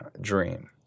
dream